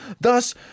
Thus